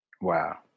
Wow